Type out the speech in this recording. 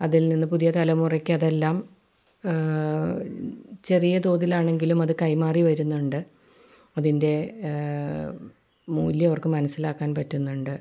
അതിൽ നിന്ന് പുതിയ തലമുറക്ക് അതെല്ലാം ചെറിയ തോതിലാണെങ്കിലും അത് കൈമാറി വരുന്നുണ്ട് അതിൻ്റെ മൂല്യം അവർക്ക് മനസ്സിലാക്കാൻ പറ്റുന്നുണ്ട്